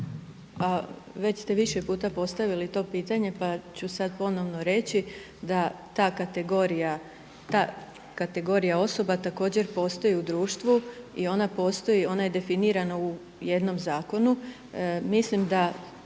Već ste više puta postavili to pitanje pa ću sad ponovno reći da ta kategorija osoba također postoji u društvu i ona postoji, ona je definirana u jednom zakonu. Mislim da